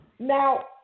Now